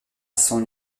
cent